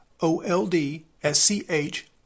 O-L-D-S-C-H